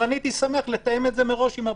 הייתי שמח לתאם את זה מראש עם הבנק.